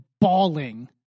bawling